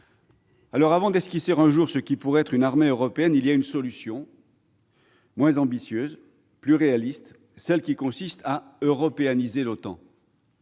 2024. Avant d'esquisser les contours de ce qui pourrait être un jour une armée européenne, il y a une solution moins ambitieuse, mais plus réaliste : celle qui consiste à européaniser l'OTAN,